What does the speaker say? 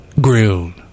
grilled